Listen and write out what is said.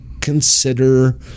consider